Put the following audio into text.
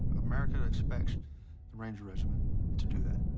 america expects the ranger regiment to do that.